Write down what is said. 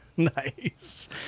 Nice